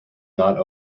not